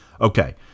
Okay